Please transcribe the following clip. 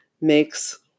makes